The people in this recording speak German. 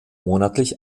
monatlich